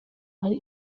ari